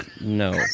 No